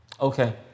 Okay